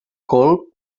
colp